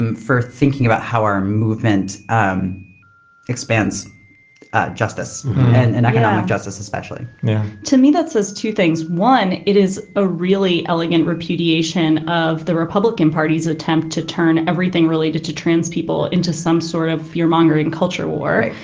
um for thinking about how our movement um expands expands justice and and economic justice, especially now. to me, that says two things one, it is a really elegant repudiation of the republican party's attempt to turn everything related to to trans people into some sort of fear mongering culture war.